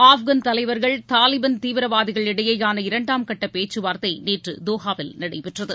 ஆப்கான் தலைவர்கள் தாலிபான் தீவிரவாதிகள் இடையேயான இரண்டாம்கட்ட பேச்சுவார்த்தை நேற்று தோஹாவில் நடைபெற்றது